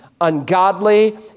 ungodly